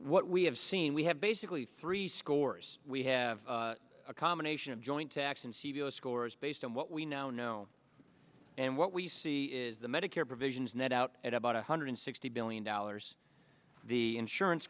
what we have seen we have basically three scores we have a combination of joint tax and c d o scores based on what we now know and what we see is the medicare provisions net out at about one hundred sixty billion dollars the insurance